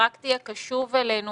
ורק תהיה קשוב אלינו